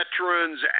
veterans